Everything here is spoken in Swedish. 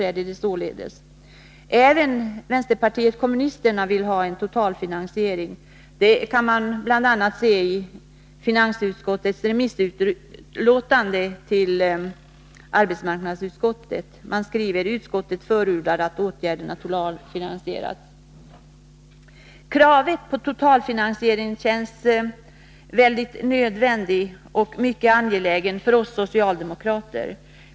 Även vänsterpartiet kommunisterna vill ha en totalfinansiering. Det kan man se bl.a. av vpk:s avvikande mening i finansutskottets yttrande till arbetsmarknadsutskottet. I en avvikande mening från Carl-Henrik Hermansson står det: ”Utskottet förordar att åtgärderna totalfinansieras.” Kravet på totalfinansiering känns nödvändigt och mycket angeläget för oss socialdemokrater.